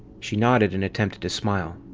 she nodded and attempted to smile.